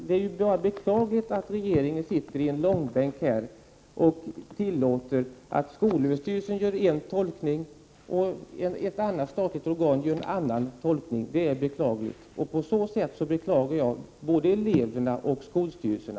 Det är beklagligt att regeringen sitter i en långbänk och tillåter att skolöverstyrelsen gör en tolkning och att ett annat statligt organ gör en annan tolkning. Därför beklagar jag både eleverna och skolstyrelserna.